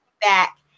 back